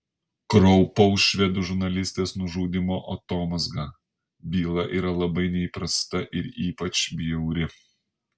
kraupaus švedų žurnalistės nužudymo atomazga byla yra labai neįprasta ir ypač bjauri